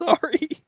Sorry